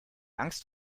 angst